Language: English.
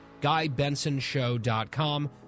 GuyBensonShow.com